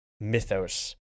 mythos